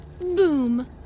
boom